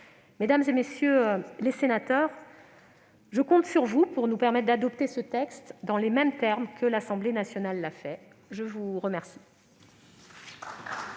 Mesdames, messieurs les sénateurs, je compte sur vous pour nous permettre d'adopter ce texte dans les mêmes termes que l'Assemblée nationale. La parole est à Mme